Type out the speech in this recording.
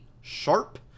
sharp